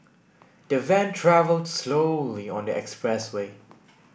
the van travelled slowly on the expressway